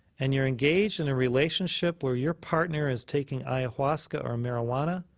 and you're engaged in a relationship where your partner is taking ayahuasca or marijuana,